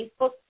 Facebook